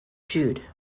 jude